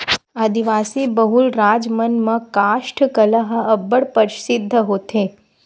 आदिवासी बहुल राज मन म कास्ठ कला ह अब्बड़ परसिद्ध होथे